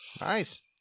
Nice